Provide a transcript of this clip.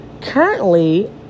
Currently